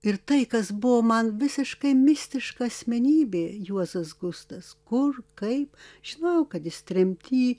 ir tai kas buvo man visiškai mistiška asmenybė juozas gustas kur kaip žinojau kad jis tremty